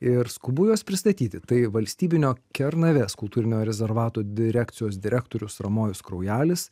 ir skubu juos pristatyti tai valstybinio kernavės kultūrinio rezervato direkcijos direktorius ramojus kraujelis